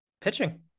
pitching